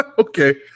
Okay